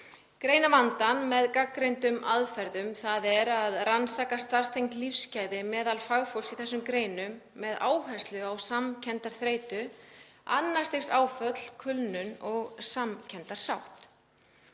greina vandann með gagnreyndum aðferðum, þ.e. rannsaka starfstengd lífsgæði meðal fagfólks í þessum greinum með áherslu á samkenndarþreytu, annars stigs áföll, kulnun og samkenndarsátt,